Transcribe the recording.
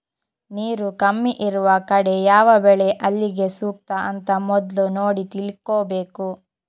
ನೀರು ಕಮ್ಮಿ ಇರುವ ಕಡೆ ಯಾವ ಬೆಳೆ ಅಲ್ಲಿಗೆ ಸೂಕ್ತ ಅಂತ ಮೊದ್ಲು ನೋಡಿ ತಿಳ್ಕೋಬೇಕು